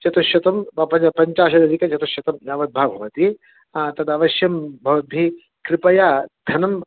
चतुश्शतं वा पञ् पञ्चशताधिकचतुश्शतं यावद्वा भवति तदवश्यं भवद्भिः कृपया धनम्